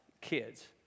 kids